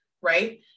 right